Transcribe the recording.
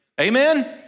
Amen